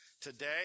today